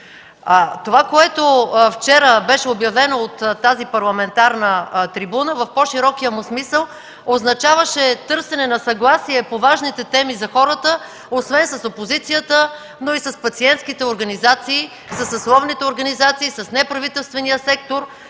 Това, което вчера беше обявено от тази парламентарна трибуна, в по-широкия му смисъл означаваше търсене на съгласие по важните теми за хората, освен с опозицията, но и с пациентските организации, със съсловните организации, с неправителствения сектор,